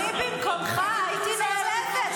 אני במקומך הייתי נעלבת,